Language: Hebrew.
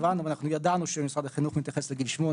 ידענו שמשרד החינוך מתייחס לגיל שמונה,